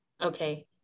Okay